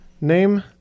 Name